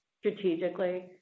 strategically